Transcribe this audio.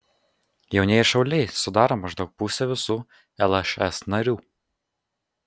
jaunieji šauliai sudaro maždaug pusę visų lšs narių